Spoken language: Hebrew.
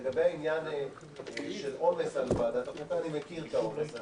לגבי העניין של העומס על ועדת החוקה אני מכיר את העומס הזה.